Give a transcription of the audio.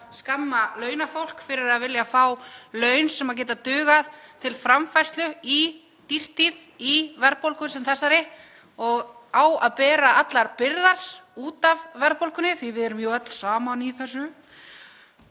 skamma launafólk fyrir að vilja fá laun sem duga til framfærslu í dýrtíð, í verðbólgu sem þessari, og það á að bera allar byrðar út af verðbólgunni því við erum jú öll saman í þessu